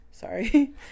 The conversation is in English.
Sorry